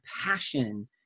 passion